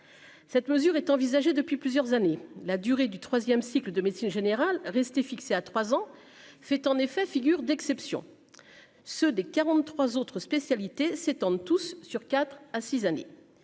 cette mesure est envisagée depuis plusieurs années, la durée du 3ème cycle de médecine générale rester fixé à trois, en fait en effet figure d'exception, ceux des 43 autres spécialités s'étendent tous sur 4 à 6 années,